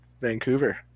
vancouver